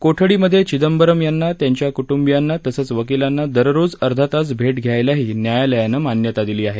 कोठडीमधे चिदंबरम यांना त्यांच्या क्टुंबियाना तसंच वकिलाना दररोज अर्धा तास भेट घ्यायला ही न्यायालयानं मान्यता दिली आहे